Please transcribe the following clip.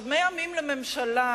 100 ימים לממשלה,